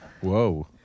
Whoa